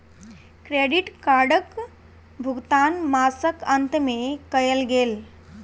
credit कार्डक भुगतान मासक अंत में कयल गेल